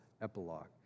epilogue